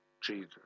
Jesus